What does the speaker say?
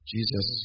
Jesus